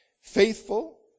Faithful